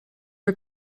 are